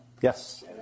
Yes